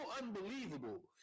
unbelievable